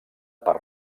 per